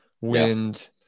wind